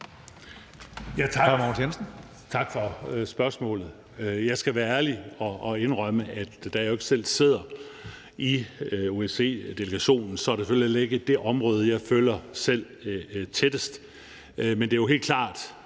Tak for spørgsmålet. Jeg skal være ærlig at indrømme, at da jeg jo ikke selv sidder i OSCE-delegationen, er det selvfølgelig heller ikke det område, jeg selv følger tættest. Men det er jo helt klart,